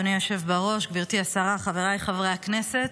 אדוני היושב בראש, גברתי השרה, חבריי חברי הכנסת,